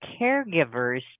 caregivers